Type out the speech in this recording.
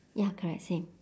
ya correct same